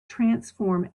transform